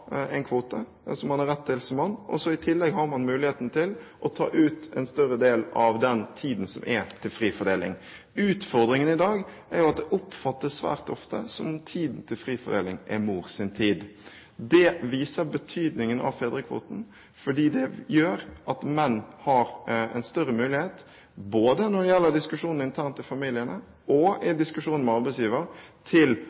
en kvote som man har rett til som mann, og i tillegg har man muligheten til å ta ut en større del av den tiden som er til fri fordeling. Utfordringen i dag er at det oppfattes svært ofte som om tiden til fri fordeling er mors tid. Det viser betydningen av fedrekvoten, fordi det gjør at menn har en større mulighet – både når det gjelder diskusjonen internt i familiene, og i diskusjonen med arbeidsgiver – til